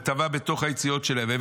הוא טבע בתוך היציאות שלהם.